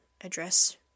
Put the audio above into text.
address